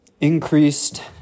increased